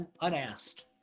unasked